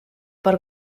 per